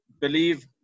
believe